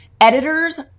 editors